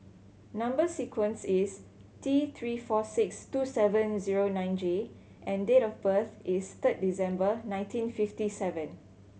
number sequence is T Three four six two seven zero nine J and date of birth is third December nineteen fifty seven